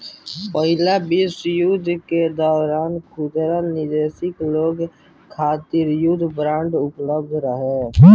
पहिला विश्व युद्ध के दौरान खुदरा निवेशक लोग खातिर युद्ध बांड उपलब्ध रहे